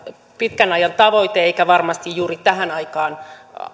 pitkän ajan tavoite eikä varmasti juuri tähän aikaan